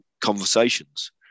conversations